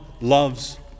loves